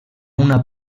una